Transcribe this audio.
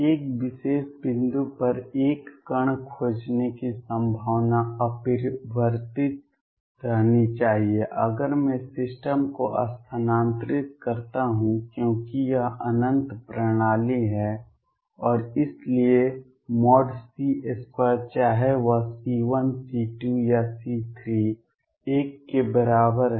एक विशेष बिंदु पर एक कण खोजने की संभावना अपरिवर्तित रहनी चाहिए अगर मैं सिस्टम को स्थानांतरित करता हूं क्योंकि यह अनंत प्रणाली है और इसलिए C2 चाहे वह C1 C2 या C3 1 के बराबर है